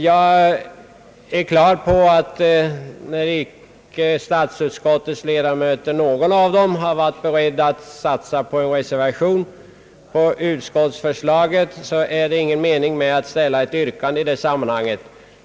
Jag är på det klara med att eftersom ingen av statsutskottets ledamöter har varit beredd att satsa på en reservation till utskottsförslaget, är det ingen mening att ställa något yrkande i detta sammanhang.